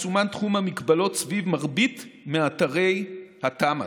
מסומן תחום המגבלות סביב מרבית מאתרי התמ"א,